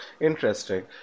interesting